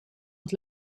het